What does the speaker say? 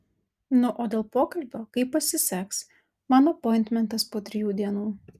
nu o dėl pokalbio kaip pasiseks man apointmentas po trijų dienų